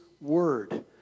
word